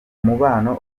mubano